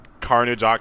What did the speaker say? Carnage